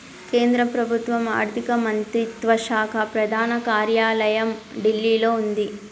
కేంద్ర ప్రభుత్వం ఆర్ధిక మంత్రిత్వ శాఖ ప్రధాన కార్యాలయం ఢిల్లీలో వుంది